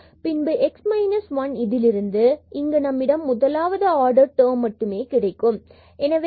பின்பு x 1 இதிலிருந்து இங்கு நம்மிடம் முதலாவது ஆர்டர் டெர்ம் மட்டுமே கிடைக்கும் எனவே fx at 1 1 x 1